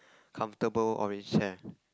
comfortable orange hair